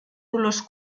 dolors